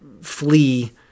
flee